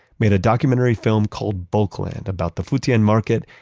made a documentary film called bulkland about the futian market,